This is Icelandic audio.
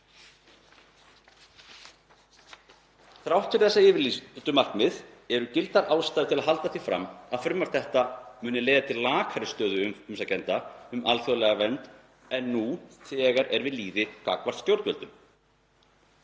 Þrátt fyrir þessi yfirlýstu markmið eru gildar ástæður til að halda því fram að frumvarp þetta muni leiða til mun lakari stöðu umsækjenda um alþjóðlega vernd en nú þegar er við lýði gagnvart stjórnvöldum.